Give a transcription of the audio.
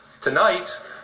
Tonight